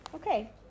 Okay